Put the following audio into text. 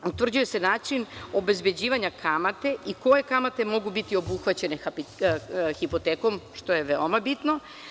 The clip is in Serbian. Utvrđuje se način obezbeđivanja kamate i koje kamate mogu biti obuhvaćene hipotekom, što je veoma bitno.